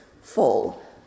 full